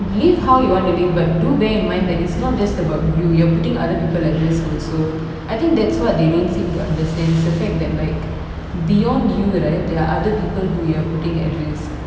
live how you want to live but do bear in mind that it's not just about you you're putting other people at risk also I think that's what they don't seem to understand it's the fact that like beyond you right there are other people who you are putting at risk